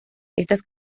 estas